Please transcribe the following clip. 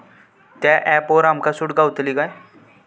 त्या ऍपवर आमका सूट गावतली काय?